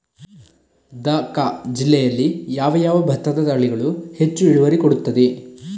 ದ.ಕ ಜಿಲ್ಲೆಯಲ್ಲಿ ಯಾವ ಯಾವ ಭತ್ತದ ತಳಿಗಳು ಹೆಚ್ಚು ಇಳುವರಿ ಕೊಡುತ್ತದೆ?